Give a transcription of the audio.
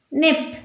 nip